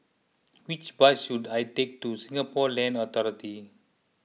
which bus should I take to Singapore Land Authority